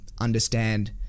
understand